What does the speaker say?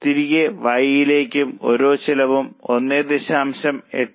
തിരികെ Y യിലെ ഓരോ ചെലവും 1